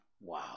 wow